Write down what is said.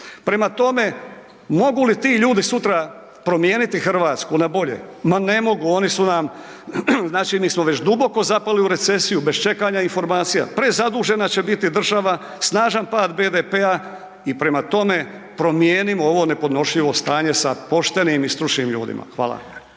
Prema tome, mogu li ti sutra promijeniti Hrvatsku na bolje? Ma ne mogu, znači vi smo već duboko zapali u recesiju bez čekanja informacija, prezadužena će biti država, snažan pad BDP-a i prema tome promijenimo ovo nepodnošljivo stanje sa poštenim i stručnim ljudima. Hvala.